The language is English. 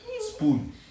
spoon